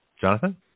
Jonathan